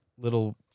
little